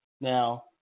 Now